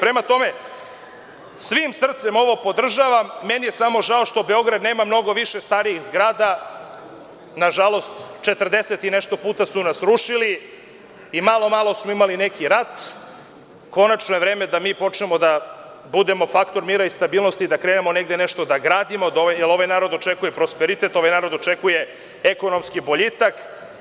Prema tome, svim srcem ovo podržavam i meni je žao što Beograd nema više starijih zgrada, na žalost, 40 i nešto puta su nas rušili i malo, po malo smo imali neki rat, a konačno je vreme da mi budemo faktor mira i stabilnosti i da krenemo nešto da gradimo, jer ovaj narod očekuje prosperitet, ovaj narod očekuje ekonomski boljitak.